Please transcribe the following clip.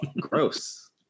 gross